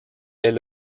ait